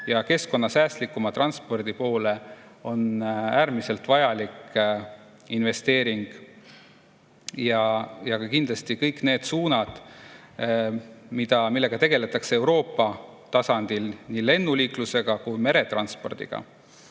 keskkonnasäästlikuma transpordi poole, on äärmiselt vajalik investeering. Ja kindlasti on tähtsad kõik need suunad, millega tegeldakse Euroopa tasandil, nii lennuliiklus kui ka meretransport.